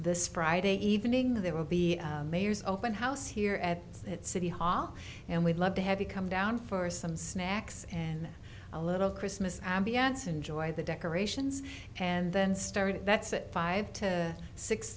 this friday evening there will be mayors open house here at city hall and we'd love to have a come down for some snacks and a little christmas ambience enjoy the decorations and then start that's it five to six